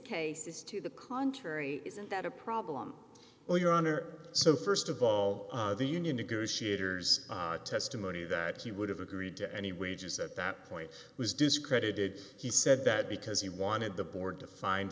case is to the contrary isn't that a problem well your honor so first of all the union negotiators testimony that he would have agreed to any wages at that point was discredited he said that because he wanted the board to find